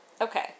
Okay